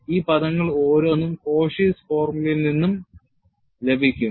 ഈ പദങ്ങൾ ഓരോന്നും Cauchys ഫോർമുലയിൽ നിന്ന് ലഭിക്കും